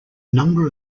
number